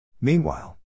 Meanwhile